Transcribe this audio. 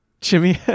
Jimmy